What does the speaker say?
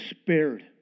spared